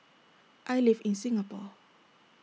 I live in Singapore